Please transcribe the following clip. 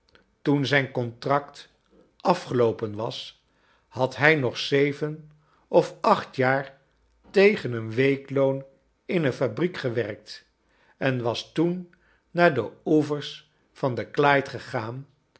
toen zijn contract afgeloopen was had hij nog zeven of acht jaar tegen een weekloon in een fabriek gewerkt en was toen naar de oevers van de clyde gegaan